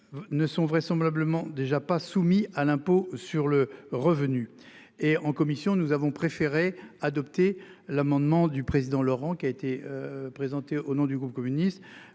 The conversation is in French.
ne sont vraisemblablement déjà pas soumis à l'impôt sur le revenu et en commission, nous avons préféré adopter l'amendement du président Laurent qui a été présenté au nom du groupe communiste.